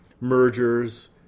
mergers